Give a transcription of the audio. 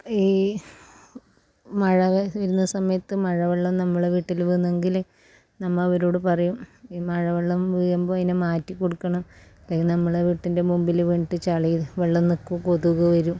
ഈ മഴ വരുന്ന സമയത്ത് മഴ വെള്ളം നമ്മളെ വീട്ടിൽ വന്നെങ്കിൽ നമ്മ അവരോട് പറയും ഈ മഴ വെള്ളം വീഴുമ്പോൾ അതിനെ മാറ്റി കൊടുക്കണം അല്ലെങ്കിൽ നമ്മളെ വീട്ടിൻ്റെ മുമ്പിൽ വീണിട്ട് ചളി വെള്ളം നിൽക്കും കൊതുക് വരും